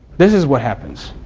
this is what happens.